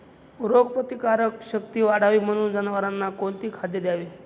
रोगप्रतिकारक शक्ती वाढावी म्हणून जनावरांना कोणते खाद्य द्यावे?